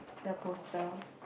the poster